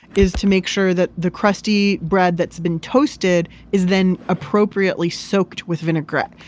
is to make sure that the crusty bread that's been toasted is then appropriately soaked with vinaigrette.